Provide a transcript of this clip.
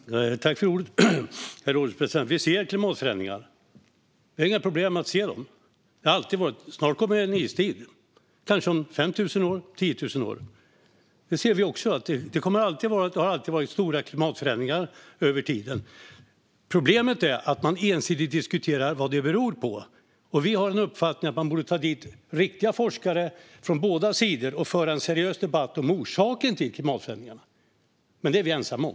Herr ålderspresident! Vi har inga problem att se klimatförändringarna. Sådana har det alltid varit. Snart kommer det en istid - kanske om 5 000 eller 10 000 år. Det ser vi också. Det har alltid varit och kommer alltid att vara stora klimatförändringar över tid. Problemet är att man ensidigt diskuterar vad det beror på. Vi har uppfattningen att man borde ta dit riktiga forskare från båda sidor och föra en seriös debatt om orsaken till klimatförändringarna. Men det är vi ensamma om.